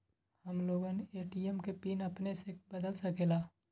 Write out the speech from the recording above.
हम लोगन ए.टी.एम के पिन अपने से बदल सकेला?